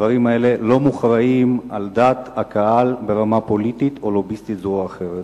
הדברים האלה לא מוכרעים בדעת הקהל ברמה פוליטית או לוביסטית זו או אחרת.